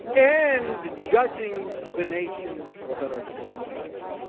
and judging the nations that are so wicked.